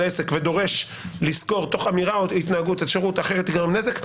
עסק ודורש לשכור שירות כי אחרת ייגרם נזק,